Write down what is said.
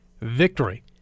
victory